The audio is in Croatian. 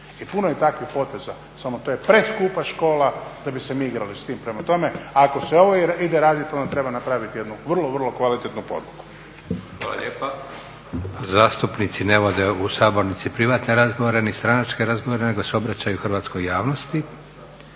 I puno je takvih poteza, samo to je preskupa škola da bi se mi igrali s tim. Prema tome, ako se ovo ide raditi onda treba napraviti jednu vrlo, vrlo kvalitetnu podlogu. **Leko, Josip (SDP)** Hvala lijepa. Zastupnici ne vode u sabornici privatne razgovore ni stranačke razgovore nego se obraćaju hrvatskoj javnosti.